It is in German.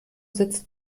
sitzt